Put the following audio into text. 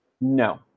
No